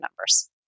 numbers